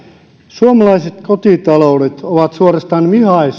suomalaiset kotitaloudet ovat suorastaan vihaisia